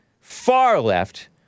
far-left